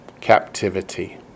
Captivity